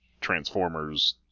transformers